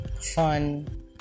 fun